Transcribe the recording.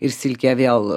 ir silkę vėl